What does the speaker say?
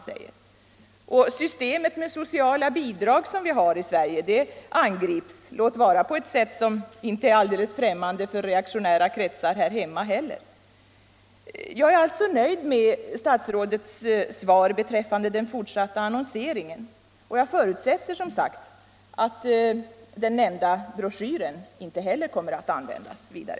Det system med sociala bidrag som vi har i Sverige angrips också, låt vara på ett sätt som inte heller är helt främmande för reaktionära krafter här hemma. Jag är alltså nöjd med statsrådets svar rörande den fortsatta annonseringen, och jag förutsätter som sagt att den nämnda broschyren inte kommer att användas vidare.